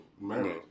Married